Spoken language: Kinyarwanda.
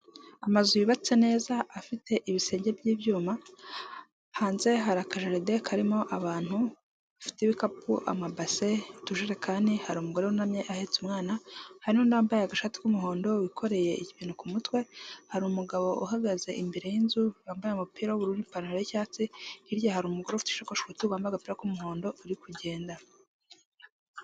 Amazu yubatse neza afite ibisenge by'ibyuma, hanze hari akajaride karimo abantu bafite ibikapu, amabase, itujerekani, hari umugore wunamye ahetse umwana, hari n'uabambaye agashati k'umuhondo wikoreye ibintu ku mutwe, hari umugabo uhagaze imbere y'inzu wambaye umupira w'ubururu n'ipantaro y'icyatsi. Hirya hari umugore ufite isakoshi ku rutugu wambaye agapira k'umuhondo uri kugenda.